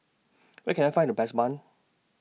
Where Can I Find The Best Bun